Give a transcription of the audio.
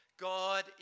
God